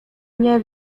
nie